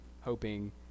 hoping